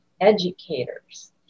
Educators